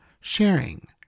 sharing